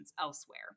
elsewhere